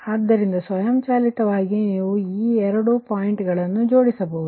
ಆದ್ದರಿಂದ ಸ್ವಯಂಚಾಲಿತವಾಗಿ ನೀವು ಈ ಎರಡು ಪಾಯಿಂಟಗಳನ್ನು ಜೋಡಿಸಬಹುದು